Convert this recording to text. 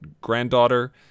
granddaughter